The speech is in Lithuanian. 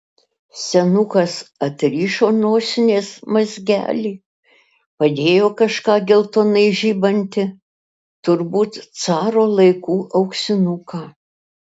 senukas atrišo nosinės mazgelį padėjo kažką geltonai žibantį turbūt caro laikų auksinuką